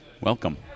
Welcome